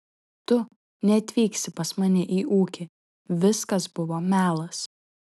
tu neatvyksi pas mane į ūkį viskas buvo melas